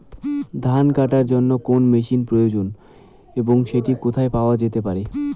ধান কাটার জন্য কোন মেশিনের প্রয়োজন এবং সেটি কোথায় পাওয়া যেতে পারে?